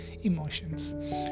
emotions